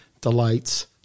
delights